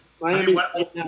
Miami